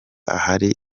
ahari